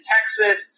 Texas